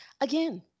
Again